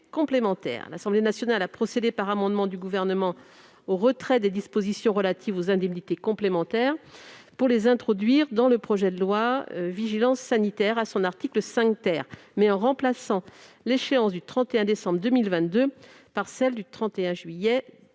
L'Assemblée nationale a procédé, par amendement du Gouvernement, au retrait des dispositions relatives aux indemnités complémentaires pour les introduire dans le projet de loi portant diverses dispositions de vigilance sanitaire, à son article 5 , mais en remplaçant l'échéance du 31 décembre 2022 par celle du 31 juillet 2022.